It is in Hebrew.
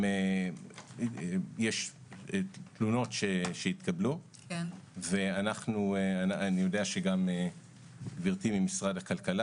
יש תלונות שהתקבלו ואני יודע שגם גברתי שמשרד הכלכלה